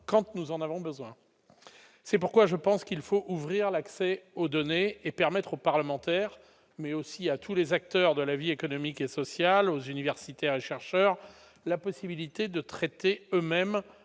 quand tu nous en avons besoin, c'est pourquoi je pense qu'il faut ouvrir l'accès aux données et permettre aux parlementaires, mais aussi à tous les acteurs de la vie économique et sociale aux universitaires et chercheurs la possibilité de traiter eux- mêmes